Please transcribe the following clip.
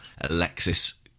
Alexis